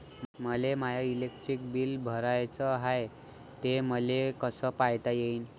मले माय electric bill भराचं हाय, ते मले कस पायता येईन?